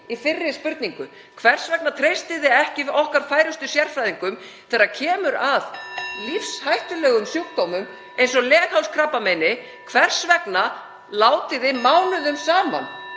fyrri spurning mín: Hvers vegna treystið þið ekki okkar færustu sérfræðingum þegar kemur að lífshættulegum sjúkdómum eins og leghálskrabbameini? Hvers vegna látið þið mánuðum saman